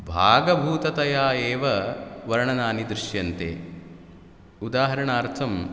भागभूततया एव वर्णनानि दृश्यन्ते उदाहरणार्थं